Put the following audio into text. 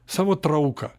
savo trauką